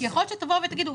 כי יכול להיות שתבואו ותגידו,